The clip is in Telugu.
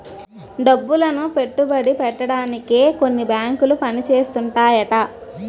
డబ్బులను పెట్టుబడి పెట్టడానికే కొన్ని బేంకులు పని చేస్తుంటాయట